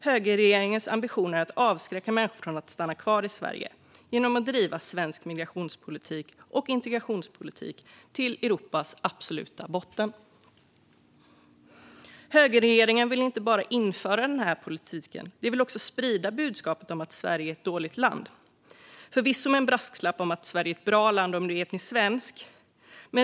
Högerregeringens ambition är att avskräcka människor från att stanna kvar i Sverige genom att driva svensk migrations och integrationspolitik till Europas absoluta botten. Högerregeringen vill inte bara införa denna politik; den vill också sprida budskapet om att Sverige är ett dåligt land, förvisso med en brasklapp om att Sverige är ett bra land om du är etnisk svensk.